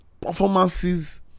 performances